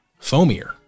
foamier